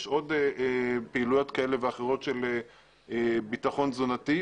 יש עוד פעילויות כאלה ואחרות של ביטחון תזונתי.